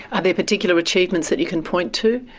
are there particular achievements that you can point to?